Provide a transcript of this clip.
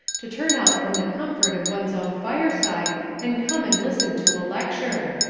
to turn out from the comfort of one's own fireside and come and listen to a lecture.